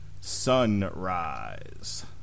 Sunrise